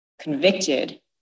convicted